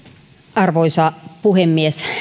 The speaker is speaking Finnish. arvoisa puhemies